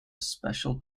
special